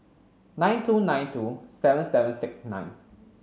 nine two nine two seven seven six nine